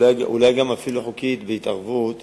אולי גם אפילו חוקית, להתערבות